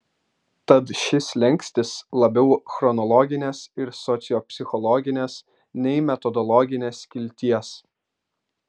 tad šis slenkstis labiau chronologinės ir sociopsichologinės nei metodologinės kilties